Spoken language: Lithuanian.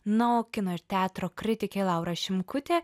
na o kino ir teatro kritikė laura šimkutė